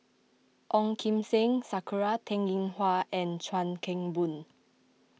Ong Kim Seng Sakura Teng Ying Hua and Chuan Keng Boon